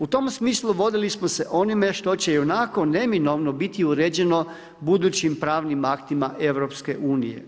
U tom smislu vodili smo se onime što će i onako neminovno biti uređeno budućim pravnim aktima EU.